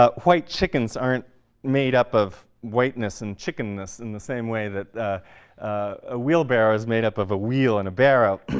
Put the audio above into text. white chickens aren't made up of white ness and chicken ness in the same way that a wheelbarrow is made up of a wheel and a barrow.